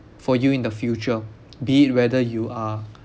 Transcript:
for you in the future be it whether you are